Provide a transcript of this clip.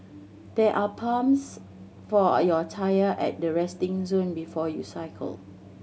there are pumps for your tyre at the resting zone before you cycle